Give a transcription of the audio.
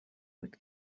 بود